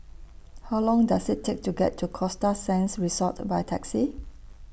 How Long Does IT Take to get to Costa Sands Resort By Taxi